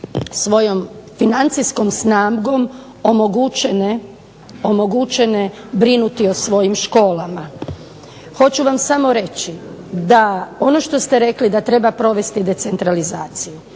svojom financijskom snagom omogućene brinuti o svojim školama. Hoću vam samo reći da ono što ste rekli da treba provesti decentralizaciju.